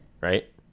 Right